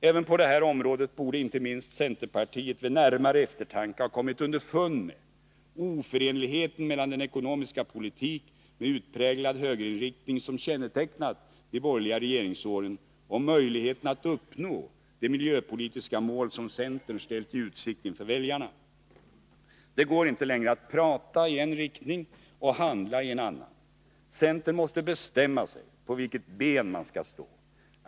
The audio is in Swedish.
Även på detta område borde inte minst centerpartiet vid närmare eftertanke ha kommit underfund med att det är omöjligt att förena den ekonomiska politik med utpräglad högerinriktning som kännetecknat de borgerliga regeringsåren med uppnåendet av det miljöpolitiska mål som centern ställt i utsikt för väljarna. Det går inte längre att prata i en riktning och handla i en annan. Centerpartisterna måste bestämma sig för på vilket ben de skall stå.